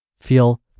feel